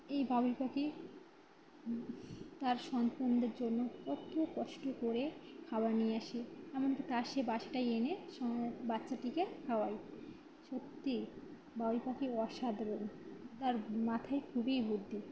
এই বাবুই পাখি তার সন্তানদের জন্য কত কষ্ট করে খাওয়া নিয়ে আসে এমনকি তার সেই বাসাটায় এনে বাচ্চাটিকে খাওয়ায় সত্যি বাবুই পাখি অসাাধারণ তার মাথায় খুবই বুদ্ধি